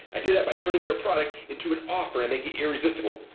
i did that by turning their product into an offer, and make it irresistible.